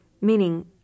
meaning